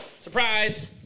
Surprise